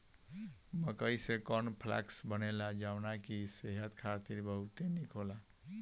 मकई से corn flakes बनेला जवन की सेहत खातिर बहुते निक होला